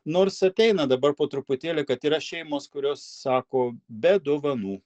nors ateina dabar po truputėlį kad yra šeimos kurios sako be dovanų